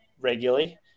regularly